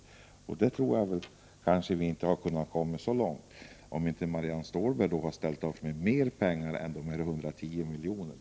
På den punkten tror jag kanske inte vi skulle ha kommit så långt — om inte Marianne Stålberg ställt upp med mer pengar än de 110 miljonerna.